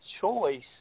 choice